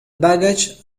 baggage